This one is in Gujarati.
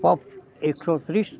પફ એકસોત્રીસ